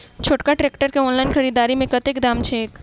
छोटका ट्रैक्टर केँ ऑनलाइन खरीददारी मे कतेक दाम छैक?